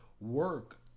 work